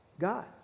God